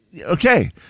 Okay